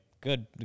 Good